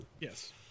yes